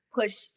push